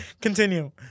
Continue